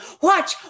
watch